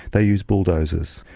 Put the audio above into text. they use bulldozers.